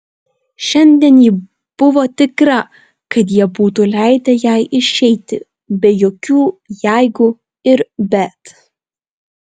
šiandien ji buvo tikra kad jie būtų leidę jai išeiti be jokių jeigu ir bet